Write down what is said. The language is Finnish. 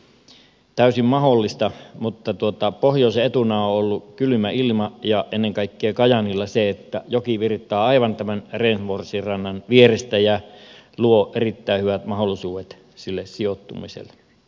se on varmasti täysin mahdollista mutta pohjoisen etuna on ollut kylmä ilma ja ennen kaikkea kajaanilla se että joki virtaa aivan tämän renforsin rannan vierestä ja luo erittäin hyvät mahdollisuudet sille sijoittumiselle